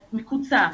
מקוצר,